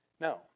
No